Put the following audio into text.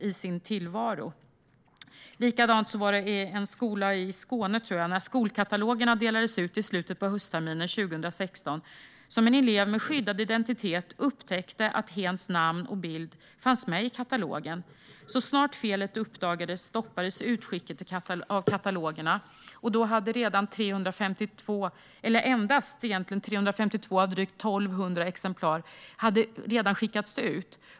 I en skola i Skåne, tror jag, upptäckte en elev med skyddad identitet när skolkatalogerna delades ut i slutet av höstterminen 2016 att hens namn och bild fanns med i katalogen. Så snart felet uppdagades stoppades utskicket av katalogerna, och då hade 352 av drygt 1 200 exemplar skickats ut.